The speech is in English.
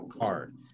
card